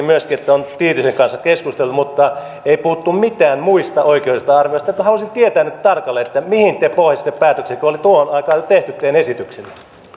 myöskin että on tiitisen kanssa keskusteltu mutta ei puhuttu mitään muista oikeudellisista arvioista haluaisin tietää nyt tarkalleen mihin te pohjasitte päätöksen kun oli tuohon aikaan jo tehty teidän esityksenne